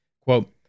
Quote